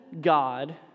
God